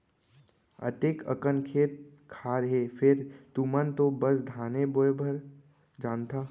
अतेक अकन खेत खार हे फेर तुमन तो बस धाने बोय भर जानथा